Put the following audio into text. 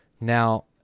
Now